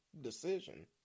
decision